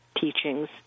teachings